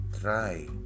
try